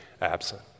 absent